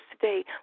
today